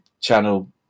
channel